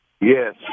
Yes